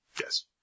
Yes